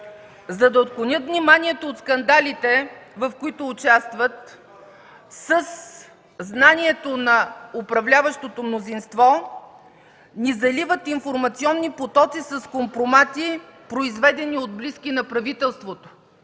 За да отклонят вниманието от скандалите, в които участват, със знанието на управляващото мнозинство, ни заливат информационни потоци с компромати, произведени от близки на правителството.